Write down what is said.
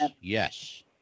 yes